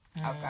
Okay